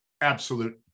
absolute